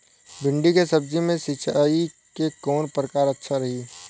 भिंडी के सब्जी मे सिचाई के कौन प्रकार अच्छा रही?